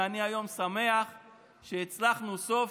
והיום אני שמח שהצלחנו סוף-סוף,